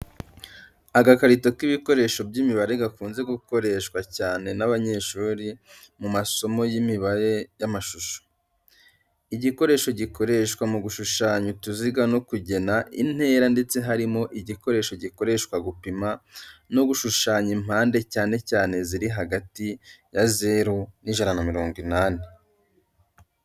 Agakarito k’ibikoresho by’imibare gakunze gukoreshwa cyane n’abanyeshuri mu masomo y'imibare y’amashusho. Igikoresho gikoreshwa mu gushushanya utuziga no kugena intera ndetse harimo igikoresho gikoreshwa gupima no gushushanya impande cyane cyane ziri hagati ya 0° na 180°.